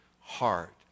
heart